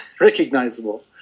recognizable